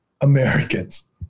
Americans